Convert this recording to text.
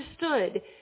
understood